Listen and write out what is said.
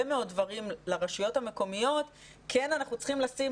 מאוד דברים לרשויות המקומיות כן אנחנו צריכים לשים